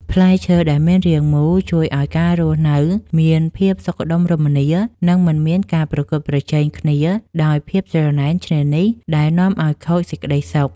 ផ្លែឈើដែលមានរាងមូលជួយឱ្យការរស់នៅមានភាពសុខដុមរមនា និង មិនមានការប្រកួតប្រជែងគ្នាដោយភាពច្រណែនឈ្នានីសដែលនាំឱ្យខូចសេចក្តីសុខ។